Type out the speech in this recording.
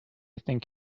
think